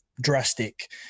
drastic